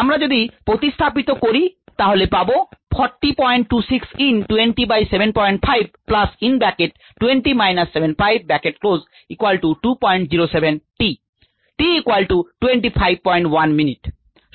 আমরা যদি প্রতিস্থাপিত করি তাহলে পাব t 251 min